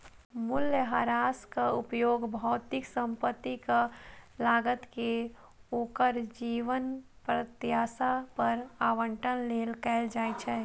मूल्यह्रासक उपयोग भौतिक संपत्तिक लागत कें ओकर जीवन प्रत्याशा पर आवंटन लेल कैल जाइ छै